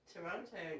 Toronto